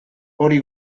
hori